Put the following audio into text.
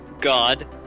God